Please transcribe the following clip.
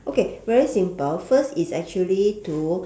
okay very simple first is actually to